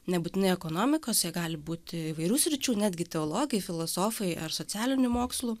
nebūtinai ekonomikos jie gali būti įvairių sričių netgi teologai filosofai ar socialinių mokslų